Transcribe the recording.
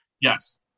Yes